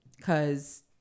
Cause